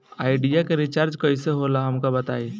Idea के recharge कईसे होला हमका बताई?